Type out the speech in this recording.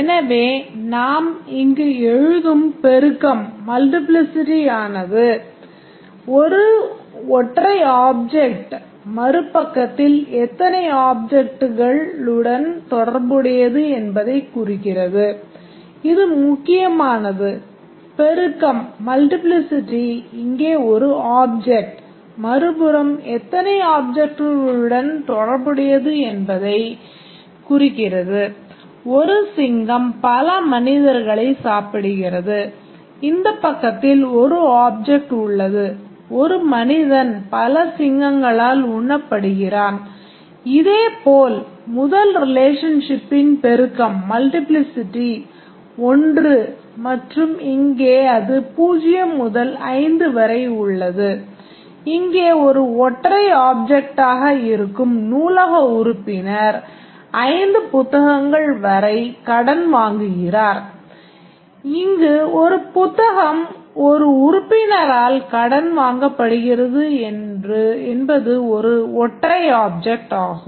எனவே நாம் இங்கு எழுதும் பெருக்கம் ஆகும்